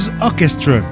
Orchestra